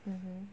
mmhmm